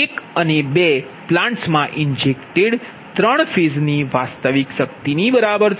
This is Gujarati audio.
એક અને બે પ્લાન્ટસ માં ઇન્જેક્ટેડ 3 ફેઝની વાસ્તવિક શક્તિની બરાબર છે